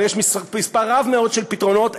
ויש מספר רב מאוד של פתרונות,